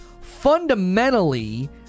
fundamentally